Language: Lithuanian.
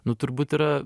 nu turbūt yra